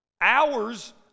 hours